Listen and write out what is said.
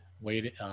wait